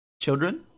children